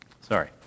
sorry